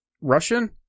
Russian